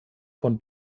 von